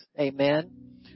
Amen